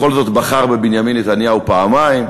הוא בכל זאת בחר בבנימין נתניהו פעמיים,